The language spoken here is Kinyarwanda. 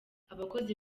abakozi